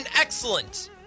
excellent